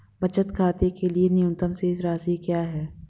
बचत खाते के लिए न्यूनतम शेष राशि क्या है?